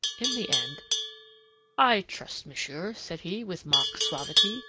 in the end i trust, monsieur, said he, with mock suavity,